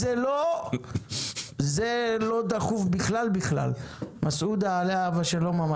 אז לא הייתי חברת כנסת אלא פעילה חברתית ממובילות מחאת העצמאיים.